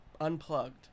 unplugged